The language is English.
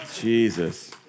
Jesus